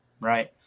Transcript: right